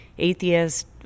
Atheist